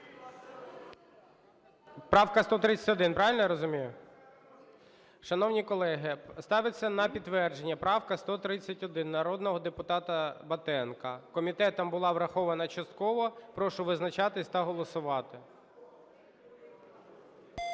Правка 131, правильно я розумію? Шановні колеги, ставиться на підтвердження правка 131 народного депутата Батенка. Комітетом була врахована частково. Прошу визначатись та голосувати.